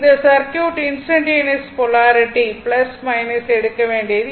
இந்த circuit instantaneous polarity எடுக்க வேண்டியது